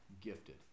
gifted